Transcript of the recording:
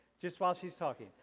just while she's talking.